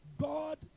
God